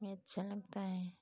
यह अच्छा लगता है